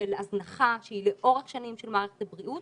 של הזנחה שהיא לאורך שנים של מערכת הבריאות